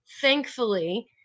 thankfully